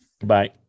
Goodbye